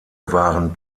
waren